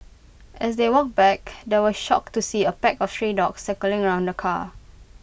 as they walked back they were shocked to see A pack of stray dogs circling around the car